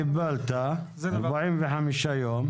קיבלת 45 יום.